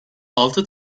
altı